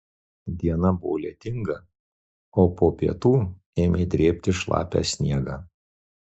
diena buvo lietinga o po pietų ėmė drėbti šlapią sniegą